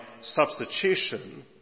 substitution